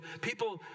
people